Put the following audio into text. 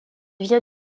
vient